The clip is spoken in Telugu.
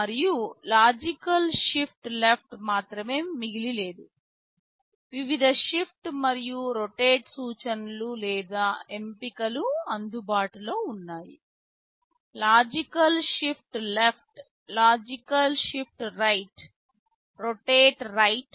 మరియు లాజికల్ షిఫ్ట్ లెఫ్ట్ మాత్రమే మిగిలి లేదు వివిధ షిఫ్ట్ మరియు రొటేట్ సూచనలు లేదా ఎంపికలు అందుబాటులో ఉన్నాయి logical shift left logical shift right rotate right